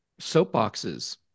Soapboxes